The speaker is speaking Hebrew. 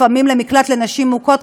לפעמים למקלט לנשים מוכות,